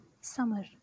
Summer